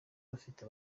bafite